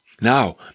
Now